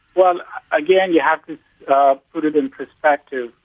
well again you have to put it in perspective.